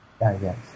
yes